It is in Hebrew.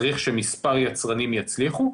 צריך שמספר יצרנים יצליחו.